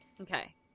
Okay